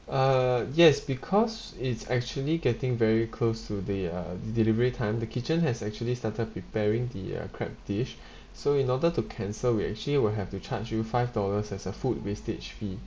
uh yes because it's actually getting very close to the uh delivery time the kitchen has actually started preparing the uh crab dish so in order to cancel we actually will have to charge you five dollars as a food wastage fee